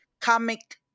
comic